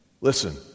Listen